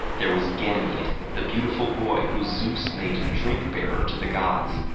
there was ganymede, the beautiful boy who zeus made drink-bearer to the gods.